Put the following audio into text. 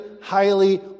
highly